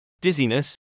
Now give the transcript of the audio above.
dizziness